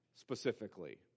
specifically